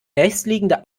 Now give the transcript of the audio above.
nächstliegende